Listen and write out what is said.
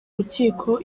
rukiko